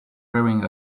wearing